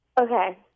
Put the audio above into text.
Okay